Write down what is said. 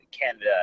Canada